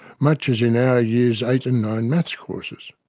much as in our years eight and nine maths courses,